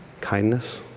Kindness